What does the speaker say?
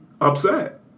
upset